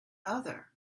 other